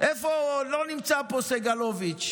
לא נמצא פה סגלוביץ'.